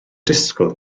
disgwyl